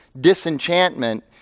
disenchantment